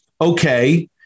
okay